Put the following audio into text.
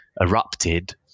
erupted